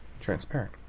Transparent